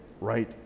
right